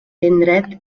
indret